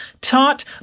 taught